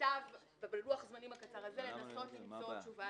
בלוח הזמנים הקצר הזה למצוא תשובה